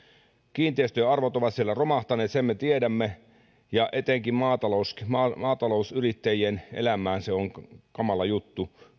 kiinteistöjen arvot ovat siellä romahtaneet sen me tiedämme ja etenkin maatalousyrittäjien elämään sattuessaan pahasti se on kamala juttu